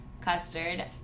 custard